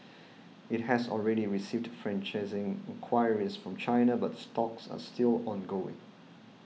it has already received franchising in enquiries from China but talks are still ongoing